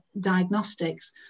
diagnostics